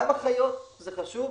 גם אחיות זה חשוב,